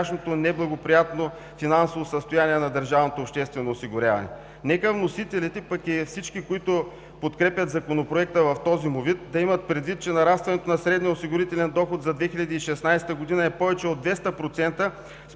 Нека вносителите, пък и всички, които подкрепят Законопроекта в този му вид, да имат предвид, че нарастването на средния осигурителен доход за 2016 г. е повече от 200%